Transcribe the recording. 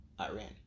Iran